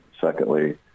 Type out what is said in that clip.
secondly